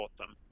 awesome